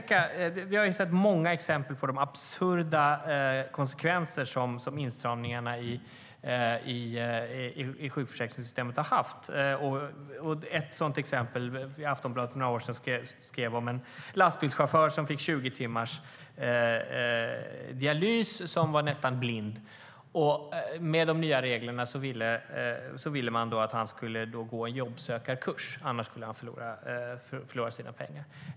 Vi har sett många exempel på de absurda konsekvenser som åtstramningarna i sjukförsäkringssystemet har haft. Ett sådant exempel kunde man läsa om i Aftonbladet för några år sedan. Det handlade om en lastbilschaufför som var nästan blind och som fick 20 timmars dialys. Enligt de nya reglerna ville man att han skulle gå en jobbsökarkurs. Annars skulle han förlora sin ersättning.